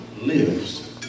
lives